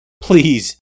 Please